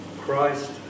Christ